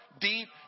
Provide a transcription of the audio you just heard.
deep